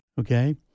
Okay